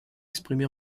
exprimé